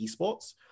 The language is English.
esports